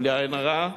בלי עין הרע,